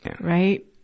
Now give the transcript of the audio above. right